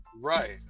Right